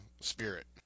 spirit